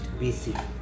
BC